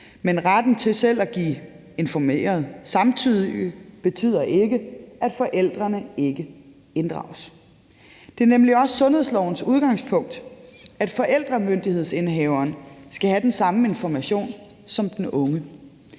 men retten til selv at give informeret samtykke betyder ikke, at forældrene ikke inddrages. Det er nemlig også sundhedslovens udgangspunkt, at forældremyndighedsindehaveren skal have den samme information som den unge.